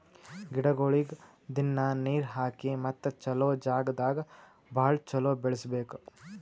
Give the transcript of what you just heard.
ಗಿಡಗೊಳಿಗ್ ದಿನ್ನಾ ನೀರ್ ಹಾಕಿ ಮತ್ತ ಚಲೋ ಜಾಗ್ ದಾಗ್ ಭಾಳ ಚಲೋ ಬೆಳಸಬೇಕು